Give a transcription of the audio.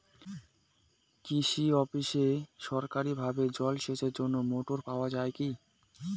কৃষি অফিসে সরকারিভাবে জল সেচের জন্য মোটর পাওয়া যায় কি?